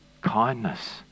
kindness